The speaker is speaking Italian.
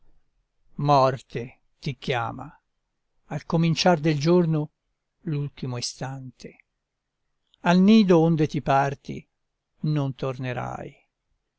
morte ti chiama al cominciar del giorno l'ultimo istante al nido onde ti parti non tornerai